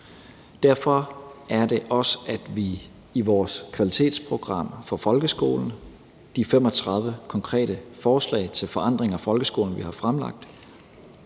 Derfor er det også, at vi i vores kvalitetsprogram for folkeskolen, de 35 konkrete forslag til forandring af folkeskolen, vi har fremlagt,